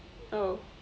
oh